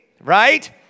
right